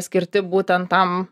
skirti būtent tam